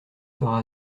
sera